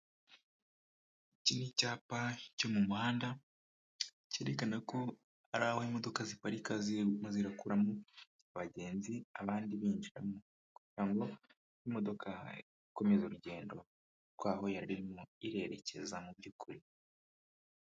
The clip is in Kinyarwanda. Iki ni icyapa cyo mu muhanda cyerekana ko ari aho imodoka ziparika zirimo zirakuramo abagenzi abandi binjiramo kugirango imodoka ikomeza urugendo rw'aho yaririmo irererekeza mu by'ukuri.